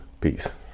Peace